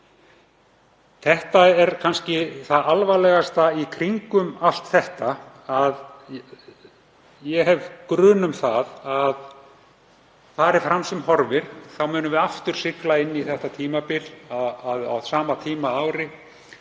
Þetta er kannski það alvarlegasta í kringum allt þetta. Ég hef grun um að ef fram heldur sem horfir munum við aftur sigla inn í tímabil á sama tíma að